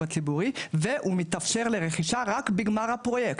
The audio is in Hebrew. הציבורי והוא מתאפשר לרכישה רק בגמר הפרויקט,